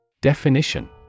Definition